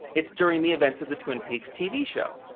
it's during the events of the twin peaks tv show.